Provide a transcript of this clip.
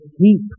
keep